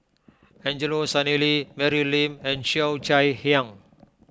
Angelo Sanelli Mary Lim and Cheo Chai Hiang